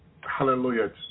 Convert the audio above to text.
hallelujah